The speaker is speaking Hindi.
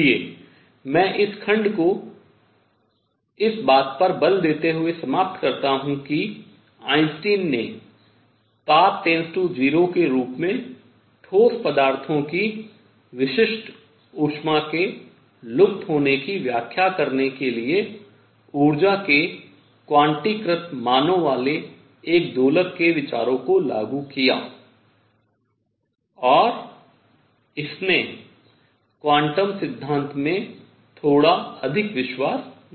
इसलिए मैं इस खंड को इस बात पर बल देते हुए समाप्त करता हूँ कि आइंस्टीन ने ताप → 0 के रूप में ठोस पदार्थों की विशिष्ट ऊष्मा के लुप्त होने की व्याख्या करने के लिए ऊर्जा के क्वांटीकृत मानों वाले एक दोलक के विचारों को लागू किया और इसने क्वांटम सिद्धांत में थोड़ा अधिक विश्वास दिया